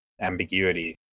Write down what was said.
ambiguity